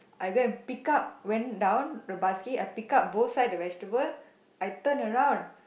I go and pick up went down the basket I pick up both side the vegetable I turn around